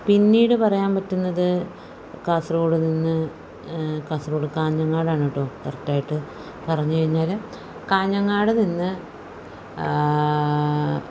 പിന്നീട് പറയാൻ പറ്റുന്നത് കാസർഗോഡ് നിന്ന് കാസർഗോഡ് കാഞ്ഞങ്ങാടാണ് കേട്ടോ കറക്റ്റായിട്ട് പറഞ്ഞു കഴിഞ്ഞാൽ കാഞ്ഞങ്ങാട് നിന്ന്